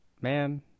man